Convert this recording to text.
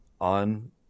on